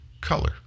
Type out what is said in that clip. color